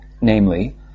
namely